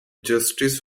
justice